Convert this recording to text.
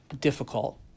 difficult